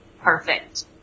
perfect